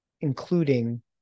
including